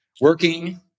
working